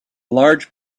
large